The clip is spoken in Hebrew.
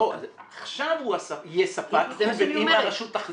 עכשיו הוא יהיה ספק אם הרשות תחליט.